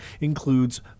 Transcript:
includes